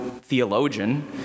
theologian